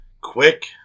quick